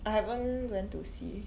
I haven't went to see